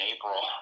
April